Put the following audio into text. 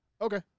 Okay